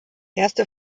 erste